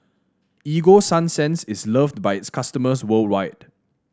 Ego Sunsense is loved by its customers worldwide